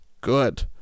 good